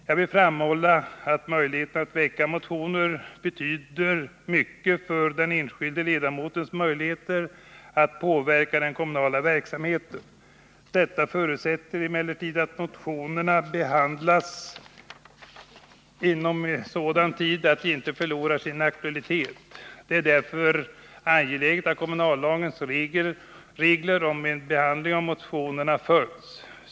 Jag vill framhålla att möjligheten att väcka motioner betyder mycket för den enskilde ledamotens möjligheter att påverka den kommunala verksamheten. Detta förutsätter emellertid att motionerna behandlas inom sådan tid att de inte förlorar sin aktualitet. Det är därför angeläget att kommunallagens regler om behandlingen av motioner följs.